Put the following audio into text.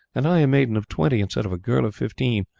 and i a maiden of twenty instead of a girl of fifteen,